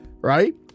right